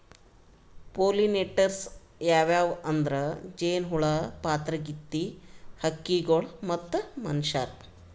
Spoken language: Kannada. ಪೊಲಿನೇಟರ್ಸ್ ಯಾವ್ಯಾವ್ ಅಂದ್ರ ಜೇನಹುಳ, ಪಾತರಗಿತ್ತಿ, ಹಕ್ಕಿಗೊಳ್ ಮತ್ತ್ ಮನಶ್ಯಾರ್